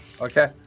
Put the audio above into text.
Okay